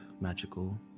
magical